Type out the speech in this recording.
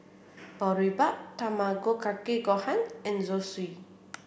Boribap Tamago Kake Gohan and Zosui